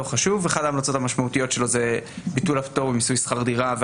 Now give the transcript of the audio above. אחת ההמלצות המשמעותיות שלו היא ביטול הפטור במיסוי שכר דירה.